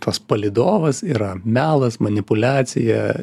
tas palydovas yra melas manipuliacija